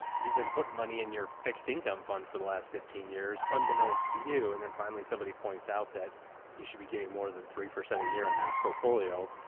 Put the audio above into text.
you've been putting money in your fixed income fund for the last fifteen years, unbeknownst to you. and then finally somebody points out that you should be getting more than three percent a year on your portfolio.